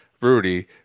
Rudy